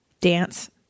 dance